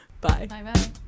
bye